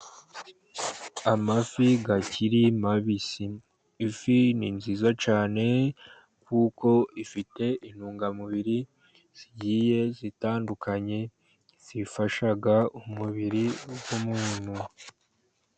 Amafi akiri mabisi. Ifi ni nziza cyane kuko ifite intungamubiri zigiye zitandukanye, zifasha umubiri w'umuntu.